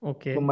Okay